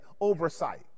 oversight